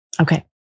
Okay